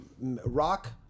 Rock